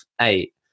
eight